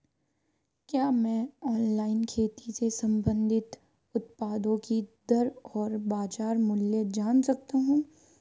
क्या मैं ऑनलाइन खेती से संबंधित उत्पादों की दरें और बाज़ार मूल्य जान सकता हूँ?